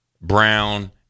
Brown